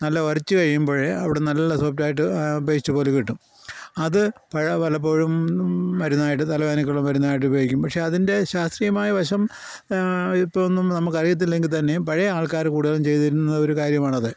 നല്ല ഒരച്ച് കഴിയുമ്പോൾ അവിടുന്ന് നല്ല സോഫ്റ്റായിട്ട് ആ പേസ്റ്റ് പോലെ കിട്ടും അത് പലപ്പോഴും മരുന്നായിട്ട് തലവേദനയ്ക്കുള്ള മരുന്നായിട്ട് ഉപയോഗിക്കും പക്ഷേ അതിൻ്റെ ശാസ്ത്രീയമായ വശം ഇപ്പം ഒന്നും നമുക്കറിയത്തില്ലെങ്കിൽ തന്നെയും പഴയ ആൾക്കാർ കൂടുതലും ചെയ്തിരുന്ന ഒരു കാര്യമാണത്